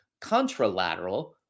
contralateral